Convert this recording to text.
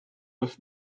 with